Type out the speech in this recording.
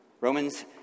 Romans